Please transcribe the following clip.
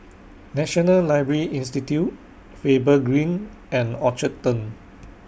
National Library Institute Faber Green and Orchard Turn